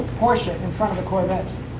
porsche in front of the corvettes.